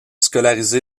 scolarisé